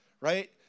right